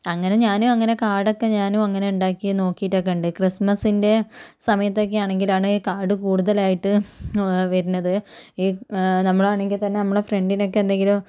അങ്ങനെ ഞാൻ അങ്ങനെ കാർഡൊക്കെ ഞാനും അങ്ങനെ ഉണ്ടാക്കി നോക്കിയിട്ടൊക്കെയുണ്ട് ക്രിസ്മസിൻ്റെ സമയത്തൊക്കെ ആണെങ്കിലാണ് കാർഡ് കൂടുതലായിട്ട് വരണത് ഈ നമ്മളാണെങ്കിൽ തന്നെ നമ്മുടെ ഫ്രണ്ടിനൊക്കെ എന്തെങ്കിലും